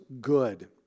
good